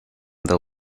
the